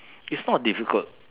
is not difficult